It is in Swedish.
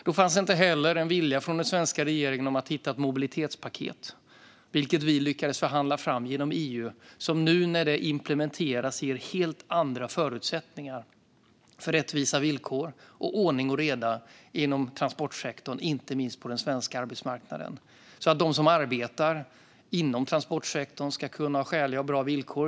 Då fanns inte heller en vilja från den svenska regeringen att hitta ett mobilitetspaket, vilket vi lyckades förhandla fram inom EU och som när det nu implementeras ger helt andra förutsättningar för rättvisa villkor och ordning och reda inom transportsektorn, inte minst på den svenska arbetsmarknaden, så att de som arbetar inom transportsektorn ska kunna ha skäliga och bra villkor.